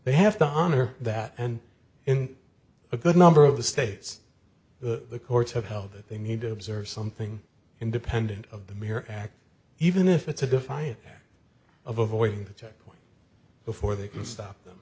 they have to honor that and in a good number of the states the courts have held that they need to observe something independent of the mere act even if it's a defiance of avoiding a checkpoint before they can stop them